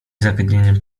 zagadnieniem